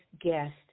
guest